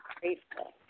grateful